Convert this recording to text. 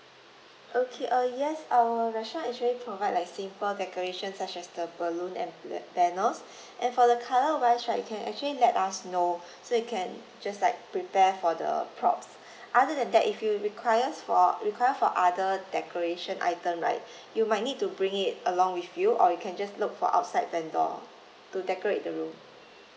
okay uh yes our restaurant actually provide like simple decoration such as the balloon and the banners and for the colour wise right you can actually let us know so we can just like prepare for the props other than that if you requires for require for other decoration item right you might need to bring it along with you or you can just look for outside vendor to decorate the room